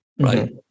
right